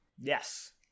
Yes